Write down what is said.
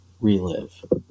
relive